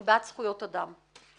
אני בעד זכויות אדם.